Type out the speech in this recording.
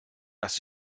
das